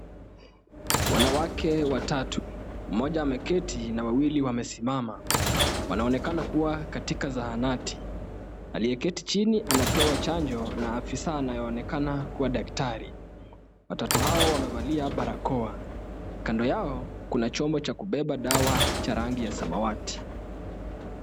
Wanawake watatu, mmoja ameketi na wawili wamesimama. Wanaonekana kuwa katika zahanati. Aliyeketi chini anapewa chanjo na afisa anayeonekana kuwa daktari. Watatu hao wamevalia barakoa. Kando yao kuna chombo cha kubeba dawa cha rangi ya samawati.